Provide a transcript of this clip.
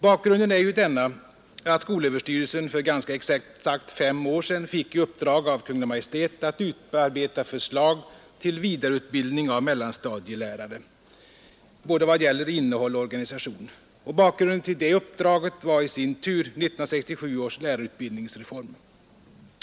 Bakgrunden är att skolöverstyrelsen för ganska exakt fem år sedan fick i uppdrag av Kungl. Maj:t att utarbeta förslag till vidareutbildning av mellanstadielärare, i vad gäller både innehåll och organisation. Bakgrunden till det uppdraget var i sin tur 1967 års lärarutbildningsreform.